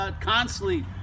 constantly